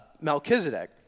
Melchizedek